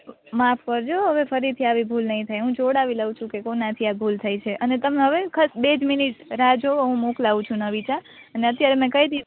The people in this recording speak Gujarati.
માફ કરજો હવે ફરીથી આવી ભૂલ નઇ થાય હું જોવડાવી લવ છું કે કોનાથી આ ભૂલ થઈ છે અને તમ અવે ખાસ બેજ મિનિટ રાહ જોવો હું મોકલાવું છું નવી ચા અને અત્યારે કઈ